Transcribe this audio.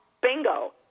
bingo